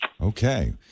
Okay